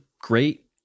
great